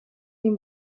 این